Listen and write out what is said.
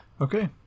okay